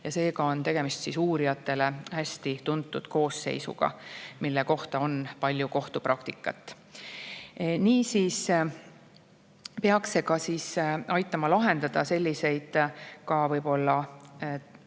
ja seega on tegemist uurijatele hästi tuntud koosseisuga, mille kohta on palju kohtupraktikat. Niisiis peaks see aitama lahendada selliseid ka